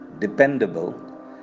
dependable